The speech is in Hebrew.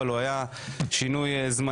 כשלצערי זה היה שינוי זמני.